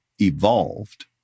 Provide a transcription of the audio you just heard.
evolved